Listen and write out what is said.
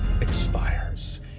expires